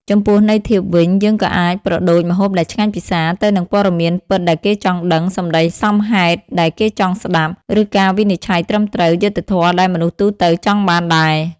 ចំពោះន័យធៀបវិញ យើងក៏អាចប្រដូចម្ហូបដែលឆ្ងាញ់ពិសា ទៅនឹងព័ត៌មានពិតដែលគេចង់ដឹង សម្ដីសមហេតុដែលគេចង់ស្ដាប់ ឬការវិនិច្ឆ័យត្រឹមត្រូវ យុត្តិធម៌ដែលមនុស្សទូទៅចង់បានដែរ។